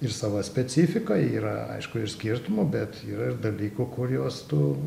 ir sava specifika yra aišku ir skirtumų bet yra ir dalykų kuriuos tu